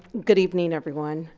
good evening everyone.